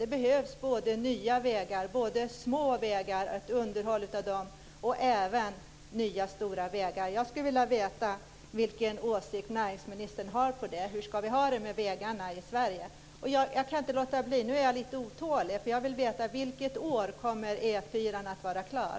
Det behövs nya vägar, både små vägar, och underhåll av dem, och stora vägar. Jag skulle vilja veta vilken åsikt näringsministern har om detta. Hur ska vi ha det med vägarna i Sverige? Nu är jag lite otålig, så jag kan inte låta bli att fråga: Vilket år kommer E 4:an att vara klar?